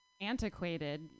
antiquated